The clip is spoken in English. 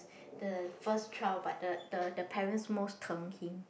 the first child but the the the parents most teng him